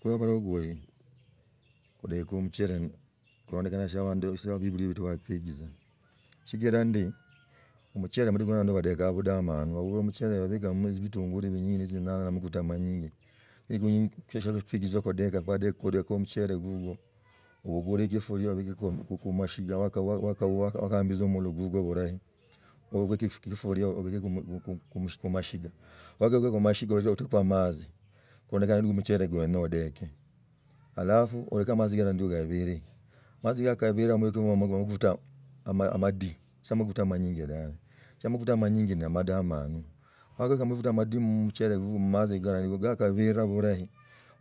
Kula abalogoli, kudaka muchere, kutondokania shia bebuli betu bakueguzia chigila ndi omuchela ndi abandu batakaa mudamanu babu kulaa muchele babikama bitungulu binyinji ne tzinyanya na amaguta amanyinji kwegusia kudaka kudekala omucheri gugwi obikure shafuria obakeko kumashiga wakaamzizia mmula kukwo bulahi obeko kefurai obeka kumashiga wakaega kumashiga oteko amatzi kulongoka no omuchele ko genya odake halafu obaki amatzi yako gabili amatzi gakabili osamo amaguta amadi sa amaguta amanyinji dabe shia amaguta amanyinji na amadamanu wagaeka amaguta amadi mmatzi gala ni gala gabiila bulahi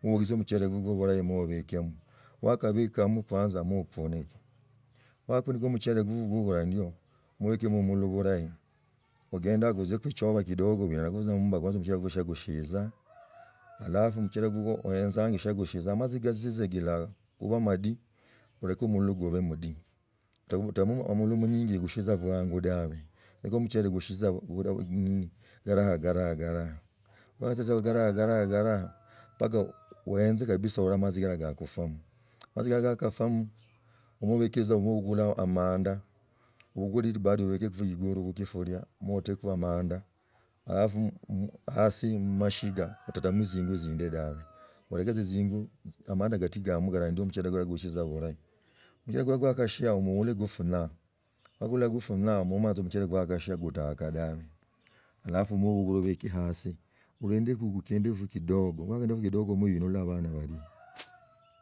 moiguze machere guguso bulahi moobikama waka bikamo kwanza mofunishi wakafunisha muchele gugwa gula ndiyo moekemo mulo burahi agendako ojiako choba kidogo noellako tza amumba kwanza oshira tza kushiiza halaru muchele gukwo oenzange shia gushi omatzi kazigila kuba omandi oleki mmulo kuba omudi otabu mulo omwinji kushiza obwangu dabe olake tza omushe kuzizaa galagala galaabwagazia zagalaa gala gala, mbaka oenze kabisa onyole amatzi yako kakufamu matzi gala gakafamu mobake tza obukula amanda obukule liusili baro obeke obeke oiguru mukifuria motaku amanda halafu hasi mmashiya otatamu zingu zindi dabe, oleke tza zingu amanda gatii gamu gala ndio muchele igwo guushi tza bulahi. Omuchare hikwo gwakoshi omuule gofunaa magula gufunaa momanya tza omuchele gwakashia gutakaa dabe halafu.